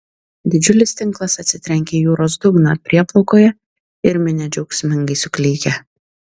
didžiulis tinklas atsitrenkia į jūros dugną prieplaukoje ir minia džiaugsmingai suklykia